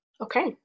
Okay